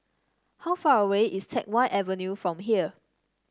how far away is Teck Whye Avenue from here